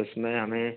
उसमें हमें